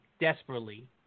desperately